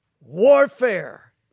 warfare